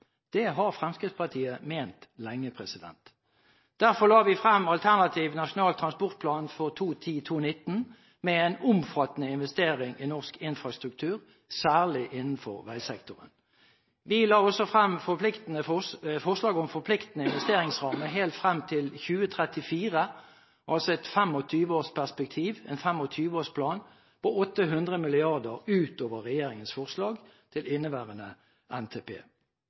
Det har Fremskrittspartiet ment lenge. Derfor la vi frem et alternativ til Nasjonal transportplan for 2010–2019, med en omfattende investering i norsk infrastruktur – særlig innenfor veisektoren. Vi la også frem forslag om en forpliktende investeringsramme helt frem til 2034 – altså et 25 års perspektiv, en 25-årsplan – på 800 mrd. kr utover regjeringens forslag til inneværende NTP.